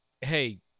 hey –